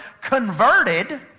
converted